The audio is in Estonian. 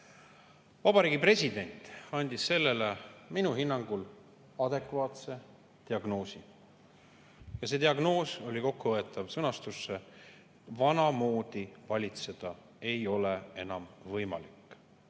Vabariigi President [pani] sellele minu hinnangul adekvaatse diagnoosi. Ja see diagnoos oli kokku võetav sõnastusse: vanamoodi valitseda ei ole enam võimalik.